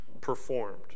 performed